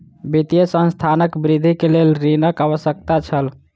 वित्तीय संस्थानक वृद्धि के लेल ऋणक आवश्यकता छल